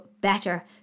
better